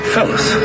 Fellas